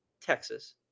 Texas